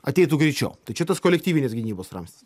ateitų greičiau tai čia tas kolektyvinės gynybos ramstis